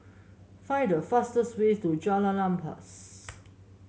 find the fastest way to Jalan Ampas